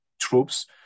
troops